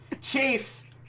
Chase